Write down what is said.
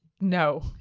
no